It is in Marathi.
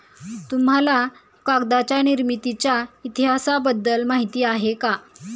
तुम्हाला कागदाच्या निर्मितीच्या इतिहासाबद्दल माहिती आहे का?